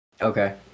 Okay